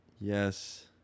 yes